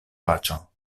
paĉjo